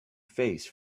face